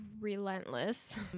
relentless